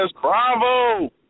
Bravo